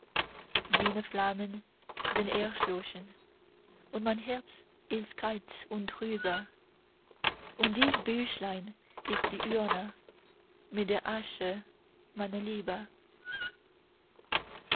jene flammen sind erloschen und mein herz ist kalt und trübe und dies büchlein ist die urne mit der asche meiner liebe